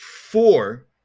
Four